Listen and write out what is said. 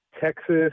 Texas